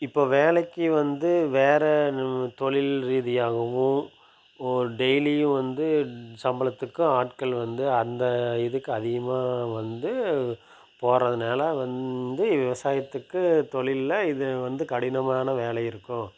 இப்போ வேலைக்கு வந்து வேறு நல் தொழில் ரீதியாகவும் ஒரு டெய்லியும் வந்து சம்பளத்திற்கு ஆட்கள் வந்து அந்த இதுக்கு அதிகமாக வந்து போகிறதுனால வந்து விவசாயத்துக்கு தொழிலில் இது வந்து கடினமான வேலை இருக்கும்